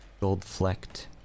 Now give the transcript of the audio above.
gold-flecked